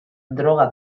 droga